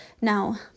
Now